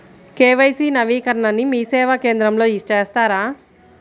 KYC నవీకరణని మీసేవా కేంద్రం లో చేస్తారా?